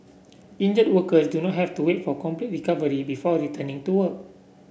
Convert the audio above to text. injured workers do not have to wait for complete recovery before returning to work